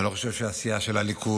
ואני לא חושב שסיעת הליכוד,